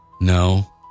No